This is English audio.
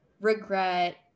regret